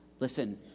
Listen